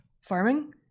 Farming